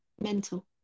mental